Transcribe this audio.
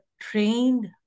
trained